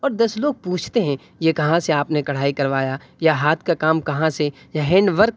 اور دس لوگ پوچھتے ہیں یہ کہاں سے آپ نے کڑھائی کروایا یا ہاتھ کا کام کہاں سے یا ہینڈ ورک